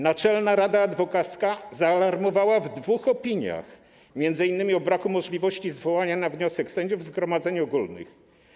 Naczelna Rada Adwokacka zaalarmowała w dwóch opiniach, m.in. w opinii o braku możliwości zwołania na wniosek sędziów zgromadzeń ogólnych.